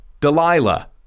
Delilah